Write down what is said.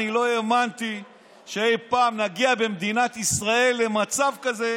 אני לא האמנתי שאי פעם נגיע במדינת ישראל למצב כזה